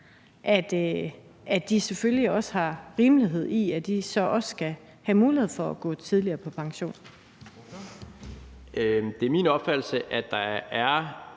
at der selvfølgelig er rimelighed i, at de så også skal have mulighed for at gå tidligere på pension. Kl. 14:53 Formanden (Henrik